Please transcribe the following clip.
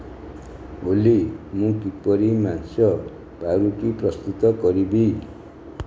ଓଲି ମୁଁ କିପରି ମାଂସ ପାଉଁରୁଟି ପ୍ରସ୍ତୁତ କରିବି